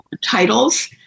titles